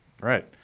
Right